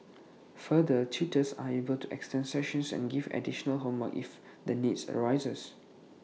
further tutors are able to extend sessions and give additional homework if the need arises